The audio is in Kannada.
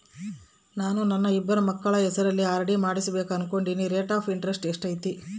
ನಾನು ನನ್ನ ಇಬ್ಬರು ಮಕ್ಕಳ ಹೆಸರಲ್ಲಿ ಆರ್.ಡಿ ಮಾಡಿಸಬೇಕು ಅನುಕೊಂಡಿನಿ ರೇಟ್ ಆಫ್ ಇಂಟರೆಸ್ಟ್ ಎಷ್ಟೈತಿ?